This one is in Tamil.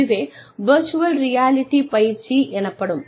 இதுவே வெர்ச்சுவல் ரியாலிட்டி பயிற்சி எனப்படும்